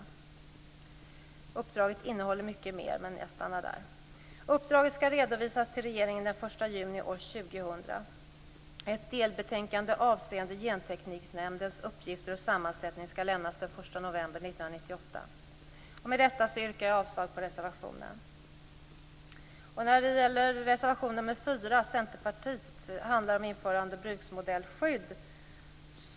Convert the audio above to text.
Uppdraget innehåller mycket mer, men jag stannar där. Uppdraget skall redovisas till regeringen den Med detta yrkar jag avslag på reservationen. Reservation nr 4 från Centerpartiet handlar om införande av bruksmodellskydd.